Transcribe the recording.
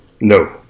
No